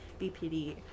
BPD